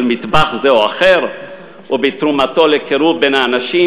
מטבח זה או אחר או בתרומתו לקירוב בין האנשים,